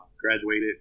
graduated